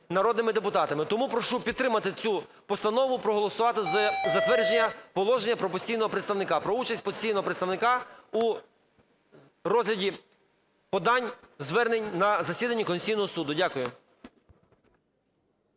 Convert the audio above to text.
народними депутатами. Тому прошу підтримати цю постанову, проголосувати за затвердження положення про постійного представники, про участь постійного представника у розгляді подань, звернень на засіданні Конституційного Суду. Дякую.